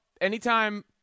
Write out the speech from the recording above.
anytime